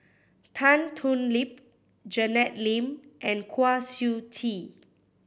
Tan Thoon Lip Janet Lim and Kwa Siew Tee